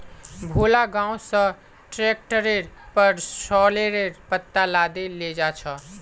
भोला गांव स ट्रैक्टरेर पर सॉरेलेर पत्ता लादे लेजा छ